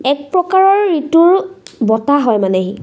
একপ্ৰকাৰৰ ঋতু বতাহ হয় মানে সি